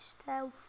Stealth